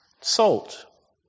salt